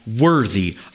worthy